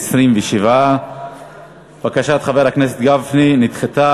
27. בקשת חבר הכנסת גפני נדחתה,